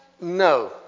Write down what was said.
No